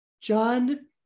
John